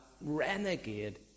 renegade